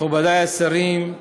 מכובדי השרים,